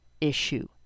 issue